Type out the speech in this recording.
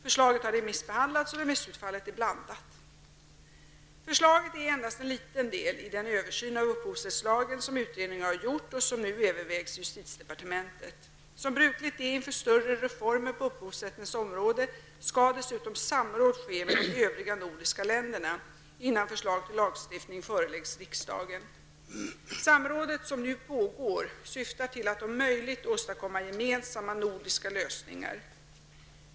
Förslaget har remissbehandlats och remissutfallet är blandat. Förslaget är endast en liten del i den översyn av upphovsrättslagen som utredningen har gjort och som nu övervägs i justitiedepartementet. Som brukligt är inför större reformer på upphovsrättens område skall dessutom samråd ske med de övriga nordiska länderna, innan förslag till lagstiftning föreläggs riksdagen. Samrådet, som nu pågår, syftar till att om möjligt åstadkomma gemensamma nordiska lösningar.